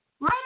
right